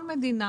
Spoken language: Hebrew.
כל מדינה